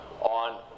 on